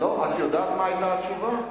את יודעת מה היתה התשובה?